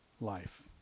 life